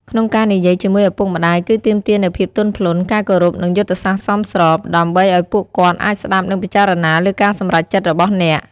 ក្នុងការនិយាយជាមួយឪពុកម្ដាយគឺទាមទារនូវភាពទន់ភ្លន់ ការគោរព និងយុទ្ធសាស្ត្រសមស្រប ដើម្បីឱ្យពួកគាត់អាចស្ដាប់និងពិចារណាលើការសម្រេចចិត្តរបស់អ្នក។